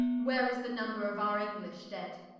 where is the number of our english dead?